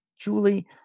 Julie